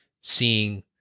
seeing